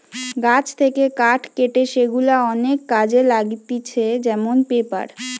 গাছ থেকে কাঠ কেটে সেগুলা অনেক কাজে লাগতিছে যেমন পেপার